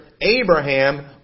Abraham